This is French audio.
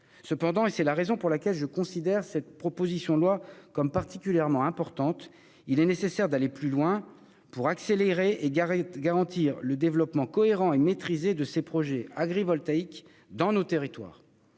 Cependant- et c'est la raison pour laquelle je considère que cette proposition de loi est très importante -, il est nécessaire d'aller plus loin pour accélérer et garantir le développement cohérent et maîtrisé de ces projets agrivoltaïques dans nos territoires.